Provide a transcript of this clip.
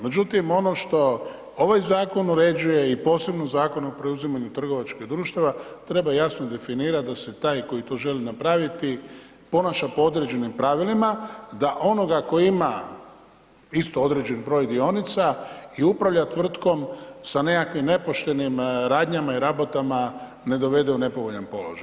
Međutim, ono što ovaj zakon uređuje i posebno Zakon o preuzimanju trgovačkih društava treba jasno definirati da se taj koji to želi napraviti ponaša po određenim pravilima, da onoga tko ima isto određeni broj dionica i upravlja tvrtkom sa nekakvim nepoštenim radnjama i rabotama ne dovede u nepovoljan položaj.